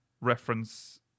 Reference